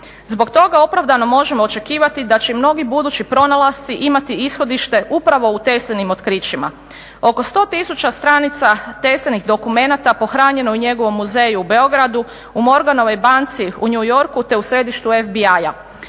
Zbog toga opravdano možemo očekivati da će i mnogi budući pronalasci imati ishodište upravo u Teslinim otkrićima. Oko 100 tisuća stranica Teslinih dokumenata pohranjeno je u njegovom muzeju u Beogradu, u Morganovoj banci u New Yorku te u središtu FBI-a.